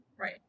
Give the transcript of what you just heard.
right